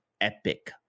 epic